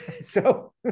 So-